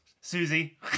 Susie